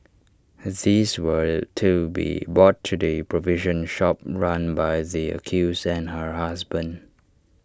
these were to be bought to the provision shop run by the accused and her husband